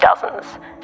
dozens